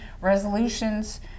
resolutions